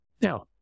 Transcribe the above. Now